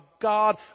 God